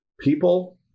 people